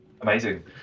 Amazing